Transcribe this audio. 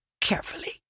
carefully